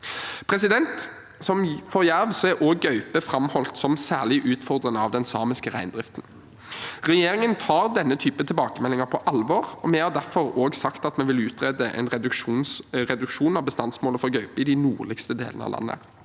tidspunkt. Som for jerv er også gaupe framholdt som særlig utfordrende av den samiske reindriften. Regjeringen tar denne typen tilbakemeldinger på alvor, og vi har derfor også sagt at vi vil utrede en reduksjon av bestandsmålet for gaupe i de nordligste delene av landet.